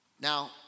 Now